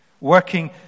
working